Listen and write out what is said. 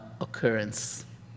occurrence